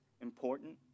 important